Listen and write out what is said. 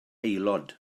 aelod